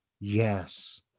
Yes